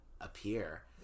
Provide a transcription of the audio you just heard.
appear